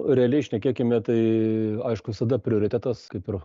realiai šnekėkime tai aišku visada prioritetas kaip ir